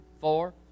four